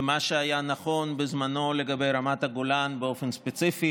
מה שהיה נכון בזמנו לגבי רמת הגולן באופן ספציפי